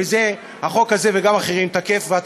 וזה תקף בחוק הזה וגם באחרים,